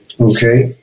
Okay